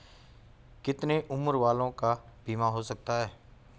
कितने उम्र वालों का बीमा हो सकता है?